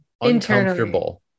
uncomfortable